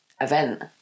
event